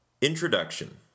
Introduction